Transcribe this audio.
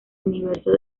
universo